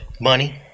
Money